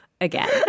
again